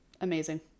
Amazing